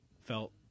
felt